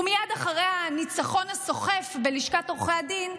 ומייד אחרי הניצחון הסוחף בלשכת עורכי הדין,